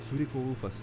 suriko ulfas